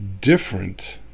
different